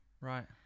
Right